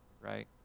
Right